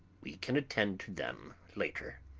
we can attend to them later.